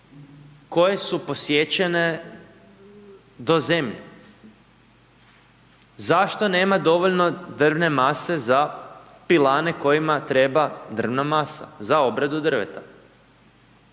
koje su posjećene do zemlje. Zašto nema dovoljno drvne mase za pilane kojima treba drvna masa za obradu drveta?